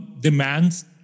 demands